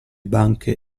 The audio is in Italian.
banche